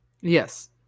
Yes